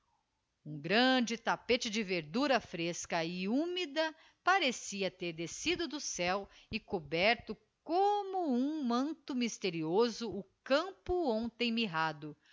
um grande tapete de verdura fresca e húmida parecia ter descido do céo e coberto como um manto mysterioso o campo